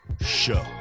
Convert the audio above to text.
Show